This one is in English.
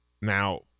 Now